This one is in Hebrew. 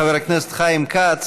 חבר הכנסת חיים כץ,